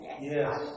Yes